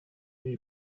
you